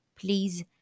please